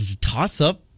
Toss-up